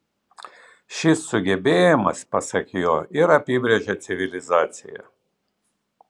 šis sugebėjimas pasak jo ir apibrėžia civilizaciją